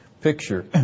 picture